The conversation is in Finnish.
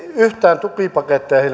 yhtään tukipaketteihin